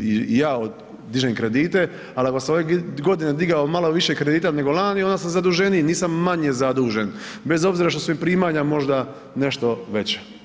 i ja dižem kredite, ali ako sam ove godine digao malo više kredita nego lani onda sam zaduženiji, nisam manje zadužen, bez obzira što su mi primanja možda nešto veća.